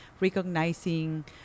recognizing